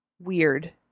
weird